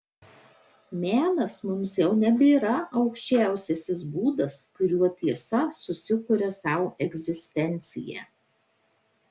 menas mums jau nebėra aukščiausiasis būdas kuriuo tiesa susikuria sau egzistenciją